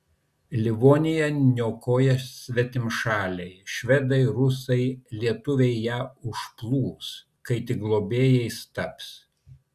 livoniją niokoja svetimšaliai švedai rusai lietuviai ją užplūs kai tik globėjais taps